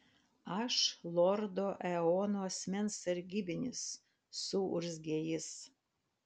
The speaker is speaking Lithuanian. aš lordo eono asmens sargybinis suurzgė jis